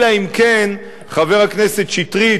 אלא אם כן חבר הכנסת שטרית,